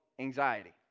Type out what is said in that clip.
Anxiety